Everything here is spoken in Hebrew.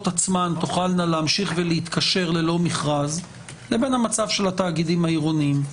עצמן תוכלנה להמשיך ולהתקשר ללא מכרז לבין המצב של התאגידים העירוניים.